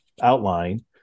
Outline